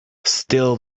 still